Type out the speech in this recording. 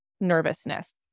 nervousness